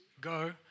go